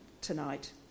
tonight